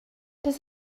does